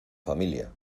familia